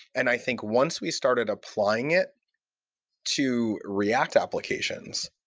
and i think once we started deploying it to react applications,